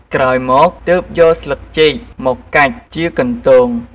ក្រោយមកទើបយកស្លឹកចេកមកកាច់ជាកន្ទោង។